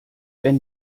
wenn